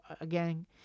again